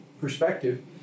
perspective